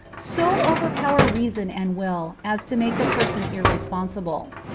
so overpower reason and will as to make the person irresponsible.